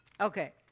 Okay